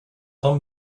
tom